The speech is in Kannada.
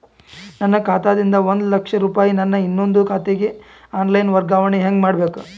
ನನ್ನ ಖಾತಾ ದಿಂದ ಒಂದ ಲಕ್ಷ ರೂಪಾಯಿ ನನ್ನ ಇನ್ನೊಂದು ಖಾತೆಗೆ ಆನ್ ಲೈನ್ ವರ್ಗಾವಣೆ ಹೆಂಗ ಮಾಡಬೇಕು?